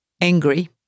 angry